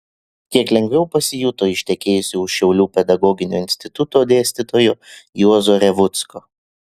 kiek lengviau pasijuto ištekėjusi už šiaulių pedagoginio instituto dėstytojo juozo revucko